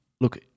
look